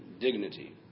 dignity